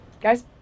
guys